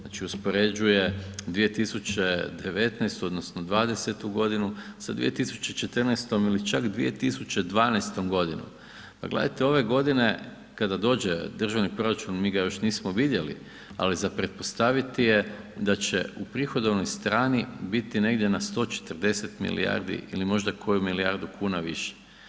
Znači uspoređuje 2019. odnosno 2020. g. sa 2014. ili čak 2012. g. Pa gledajte, ove godine kada dođe državni proračun, mi ga još nismo vidjeli ali za pretpostavit je da će u prihodovnoj strani biti negdje na 140 milijardi ili možda koju milijardu kuna više.